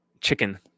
chicken